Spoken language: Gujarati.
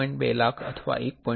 2 લાખ અથવા 1